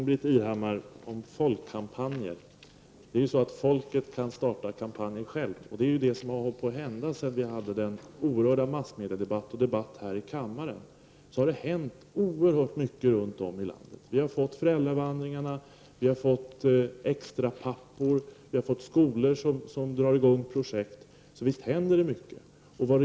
Fru talman! Folket självt kan starta en kampanj, Ingbritt Irhammar! Det är också vad som har varit på gång efter den oerhört omfattande massmediedebatten och efter debatten här i kammaren. Det är alltså oerhört mycket som har hänt runt om i landet. Jag tänker då på t.ex. föräldravandringarna, extrapapporna och de skolor som har fått i gång projekt — visst händer det alltså mycket på detta område!